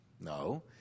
No